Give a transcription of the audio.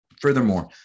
Furthermore